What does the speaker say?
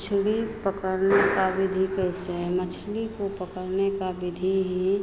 मछली पकड़ने की विधि कैसे है मछली को पकड़ने की विधि यह